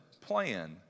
plan